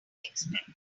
expect